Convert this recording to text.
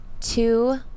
Two